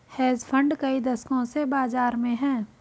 hedge fund कई दशकों से बाज़ार में हैं